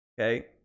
Okay